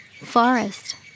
forest